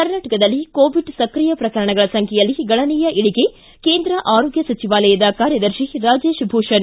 ಕರ್ನಾಟಕದಲ್ಲಿ ಕೋವಿಡ್ ಸ್ಕ್ರಿಯ ಶ್ರಕರಣಗಳ ಸಂಖ್ಯೆಯಲ್ಲಿ ಗಣನೀಯ ಇಳಕೆ ಕೇಂದ್ರ ಆರೋಗ್ಯ ಸಚಿವಾಲಯದ ಕಾರ್ಯದರ್ಶಿ ರಾಜೇಶ್ ಭೂಷಣ್